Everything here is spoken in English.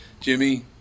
Jimmy